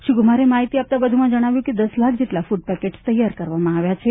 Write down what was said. શ્રી કુમાર માહિતી આપતા વધુમાં જણાવ્યું હતું કે દશ લાખ જેટલા ફૂડ પેકેટ્સ તૈયાર કરવામાં આવ્યા છે